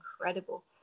incredible